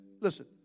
listen